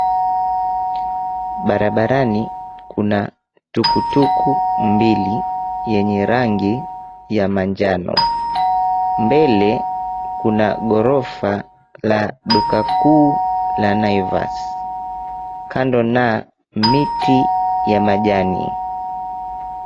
Barabarani kuna tukutuku mbili yenye rangi ya manjano. Mbele kuna ghorofa la duka kuu la Naivas kando na miti ya majani.